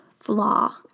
flaw